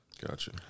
Gotcha